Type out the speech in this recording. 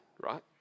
right